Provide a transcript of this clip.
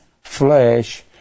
flesh